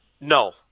No